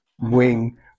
wing